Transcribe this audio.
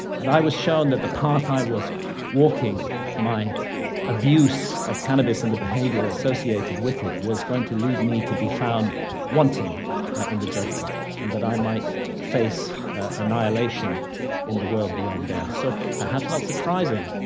and i was shown that the path i was walking my abuse of cannabis and the behaviour associated with it was going to lead me to be found wanting in the judgement, and that i might face annihilation in the world beyond death. so, perhaps not surprisingly,